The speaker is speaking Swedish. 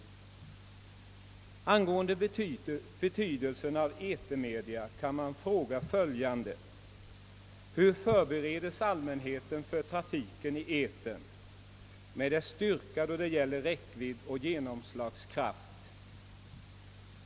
Vad gäller betydelsen av etermedia kan man fråga följande: Hur förberedes allmänheten för trafiken i etern med dess styrka då det gäller räckvidd och genomslagskraft?